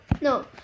No